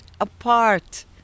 apart